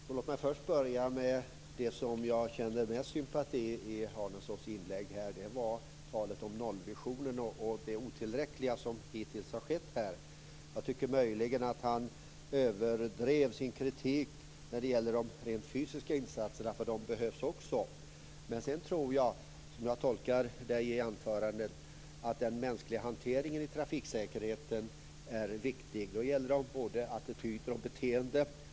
Fru talman! Jag börjar med det som jag känner mest sympati för när det gäller Sture Arnessons anförande, nämligen talet om nollvisionen och att det som hittills skett här är otillräckligt. Möjligen överdrev han sin kritik när det gäller de rent fysiska insatserna, för även de behövs. Som jag tolkar anförandet är också den mänskliga hanteringen i trafiksäkerheten viktig. Det gäller då attityder och beteende.